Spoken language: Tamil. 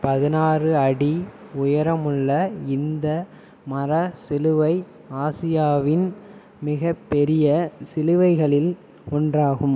பதினாறு அடி உயரமுள்ள இந்த மர சிலுவை ஆசியாவின் மிகப்பெரிய சிலுவைகளில் ஒன்றாகும்